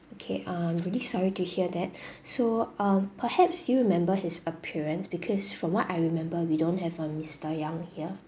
okay um really sorry to hear that so um perhaps do you remember his appearance because from what I remember we don't have um mister yang here